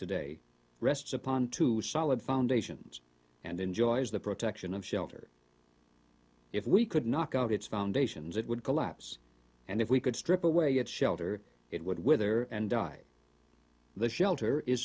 today rests upon two solid foundations and enjoys the protection of shelter if we could knock out its foundations it would collapse and if we could strip away yet shelter it would wither and die the shelter is